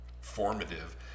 formative